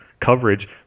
coverage